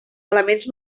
elements